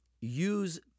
use